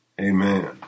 Amen